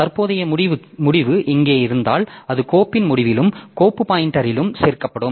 தற்போதைய முடிவு இங்கே இருந்தால் அது கோப்பின் முடிவிலும் கோப்பு பாய்ன்டெர்யிலும் சேர்க்கப்படும்